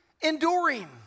enduring